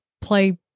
play